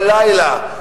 בלילה,